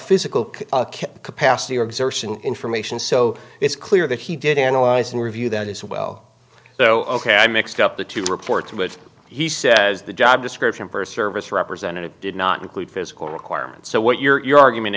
physical capacity or exertion information so it's clear that he did analyze and review that as well so ok i mixed up the two reports which he says the job description for a service representative did not include physical requirements so what you're argument